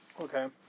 Okay